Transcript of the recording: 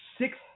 six